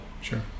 Sure